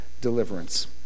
deliverance